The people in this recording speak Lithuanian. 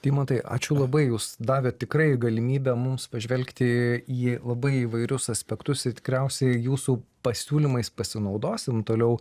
deimantai ačiū labai jūs davėt tikrai galimybę mums pažvelgti į labai įvairius aspektus ir tikriausiai jūsų pasiūlymais pasinaudosim toliau